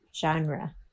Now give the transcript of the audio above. genre